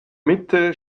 mitte